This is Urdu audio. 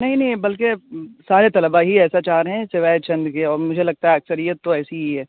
نہیں نہیں بلکہ سارے طلباء ہی ایسا چاہ رہے ہیں سوائے چند کے اور مجھے لگتا ہے اکثریت تو ایسی ہی ہے